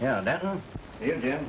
yeah yeah